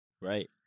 Right